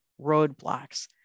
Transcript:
roadblocks